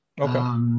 Okay